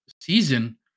season